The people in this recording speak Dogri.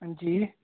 हां जी